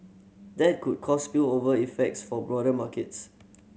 that could cause spillover effects for broader markets